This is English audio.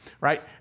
right